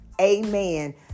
Amen